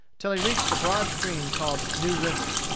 until he reached a broad stream called new river.